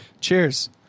Cheers